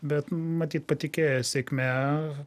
bet matyt patikėjo sėkme